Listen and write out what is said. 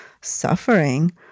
suffering